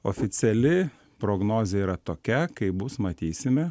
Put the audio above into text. oficiali prognozė yra tokia kaip bus matysime